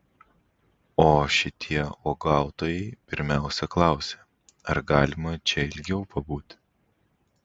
o šitie uogautojai pirmiausia klausia ar galima čia ilgiau pabūti